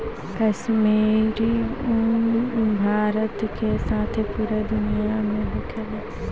काश्मीरी उन भारत के साथे पूरा दुनिया में होखेला